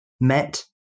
met